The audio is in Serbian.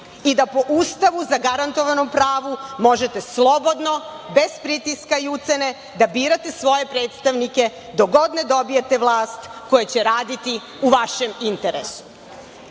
i da po Ustavu zagarantovanom pravu možete slobodno bez pritiska i ucene da birate svoje predstavnike dok god ne dobijete vlast koja će raditi u vašem interesu.